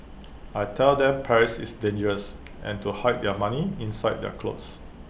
I tell them Paris is dangerous and to hide their money inside their clothes